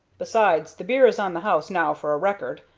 besides, the beer is on the house now for a record,